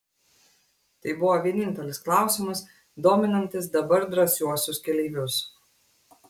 tai buvo vienintelis klausimas dominantis dabar drąsiuosius keleivius